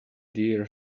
deer